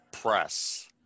press